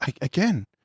again